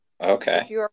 Okay